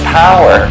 power